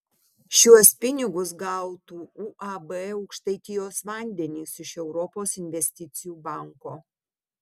šiuos pinigus gautų uab aukštaitijos vandenys iš europos investicijų banko